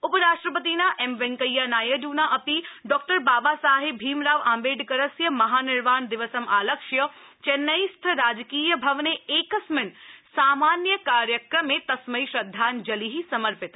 उपराष्ट्रपतिना एम वैंकेया नायड्ना अपि डॉक्टर बाबासाहेब भीमराव आम्बेडकरस्य महानिर्वाणदिवसमालक्ष्य चैन्नईस्थ राजकीय भवने एकस्मिन ासामान्य कार्यक्रमे तस्मै श्रद्धाञ्जलि समर्पित